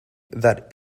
that